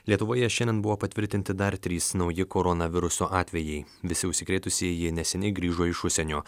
lietuvoje šiandien buvo patvirtinti dar trys nauji koronaviruso atvejai visi užsikrėtusieji neseniai grįžo iš užsienio